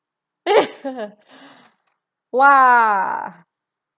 !wah!